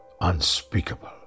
unspeakable